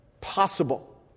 possible